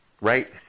right